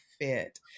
fit